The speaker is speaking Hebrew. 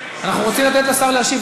אנחנו רוצים לתת לשר להשיב.